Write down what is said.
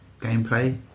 gameplay